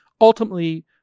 ultimately